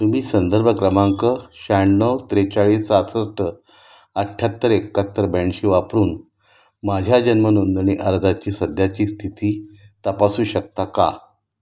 तुम्ही संदर्भ क्रमांक शहाण्णव त्रेचाळीस सहासष्ट अठ्याहत्तर एकाहत्तर ब्याऐंशी वापरून माझ्या जन्मनोंदणी अर्जाची सध्याची स्थिती तपासू शकता का